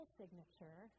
signature